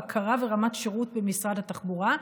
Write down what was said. בקרה ורמת שירות במשרד התחבורה,